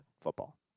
football